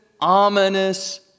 ominous